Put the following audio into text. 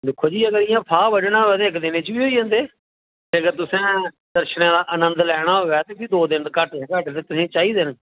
दिक्खो जी इ'यां अगर फा बड्ढना होऐ ते एक दिनै च बी होई जंदे अगर तुसें दर्शनें दा नंद लैना होऐ ते फ्ही दो दिन घट्ट तु घट्ट तुसेंई चाहिदे न